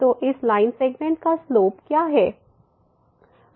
तो इस line segment का स्लोप क्या है